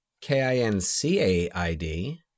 K-I-N-C-A-I-D